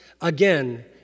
Again